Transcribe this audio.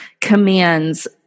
commands